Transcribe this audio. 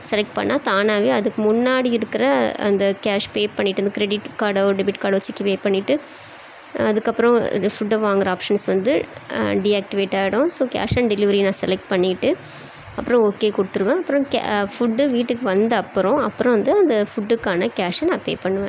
select பண்ணால் தானாவே அதுக்கு முன்னாடி இருக்கிற அந்த கேஷ் பே பண்ணிட்டு அந்த க்ரெடிட் கார்டோ டெபிட் கார்டோ வச்சு பே பண்ணிட்டு அதுக்கப்புறம் ஃபுட்ட வாங்குகிற ஆப்ஷன்ஸ் வந்து டீஆக்டிவேட் ஆகிடும் ஸோ கேஷ் ஆன் டெலிவரி நான் செலக்ட் பண்ணிட்டு அப்புறம் ஓகே கொடுத்துருவேன் அப்புறம் கே ஃபுட்டு வீட்டுக்கு வந்த அப்புறம் அப்புறம் வந்து அந்த ஃபுட்டுக்கான்ன கேஷ்ஷ நான் பே பண்ணுவேன்